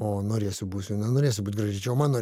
o norėsiu būsiu nenorėsiu būt graži čia jau mano